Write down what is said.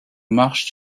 marchent